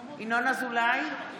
אזולאי,